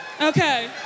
Okay